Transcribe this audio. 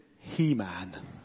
He-Man